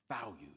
values